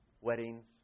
weddings